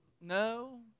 No